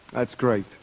that's great.